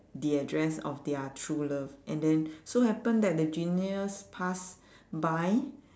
the address of their true love and then so happen that the genius pass by